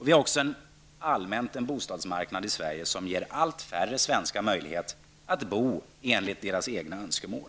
Vi har också allmänt en bostadsmarknad i Sverige som ger allt färre svenskar möjlighet att bo enligt egna önskemål.